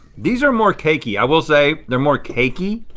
these are more cakey, i will say. they're more cakey.